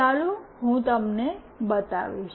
ચાલો હું તમને બતાવીશ